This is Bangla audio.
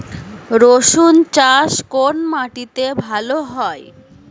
রুসুন চাষ কোন মাটিতে ভালো হয়?